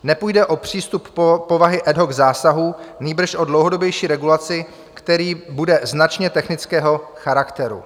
Nepůjde o přístup povahy ad hoc zásahu, nýbrž o dlouhodobější regulaci, která bude značně technického charakteru.